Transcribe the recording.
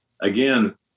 again